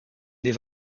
des